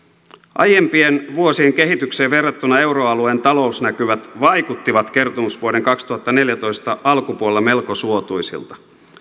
aiempien vuosien kehitykseen verrattuna euroalueen talousnäkymät vaikuttivat kertomusvuoden kaksituhattaneljätoista alkupuolella melko suotuisilta